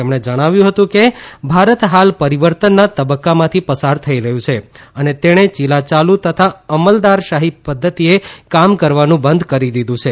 તેમણે જણાવ્યું હતું કે ભારત હાલ પરિવર્તનના તબક્કામાંથી પ્રસાર થઇ રહ્યું છે અને તેણે ચીલાયાલુ તથા અમલદારશાહી પધ્ધતિએ કામ કરવાનું બંધ કરી દીધું છે